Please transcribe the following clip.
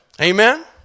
Amen